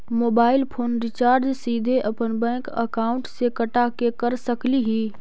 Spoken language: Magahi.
मोबाईल फोन रिचार्ज सीधे अपन बैंक अकाउंट से कटा के कर सकली ही?